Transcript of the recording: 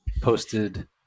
Posted